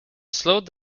slowed